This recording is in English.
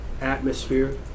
atmosphere